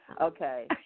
Okay